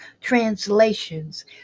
translations